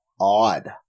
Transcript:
odd